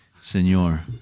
Senor